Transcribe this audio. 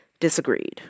disagreed